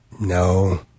No